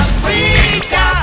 Africa